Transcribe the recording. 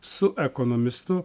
su ekonomistu